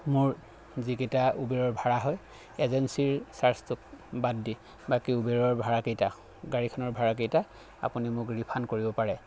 মোৰ যিকেইটা ওবেৰৰ ভাড়া হয় এজেঞ্চীৰ চাৰ্জটো বাদ দি বাকী ওবেৰৰ ভাড়াকেইটা গাড়ীখনৰ ভাড়াকেইটা আপুনি মোক ৰিফান কৰিব পাৰে